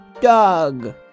dog